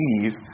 Eve